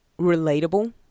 relatable